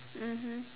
mmhmm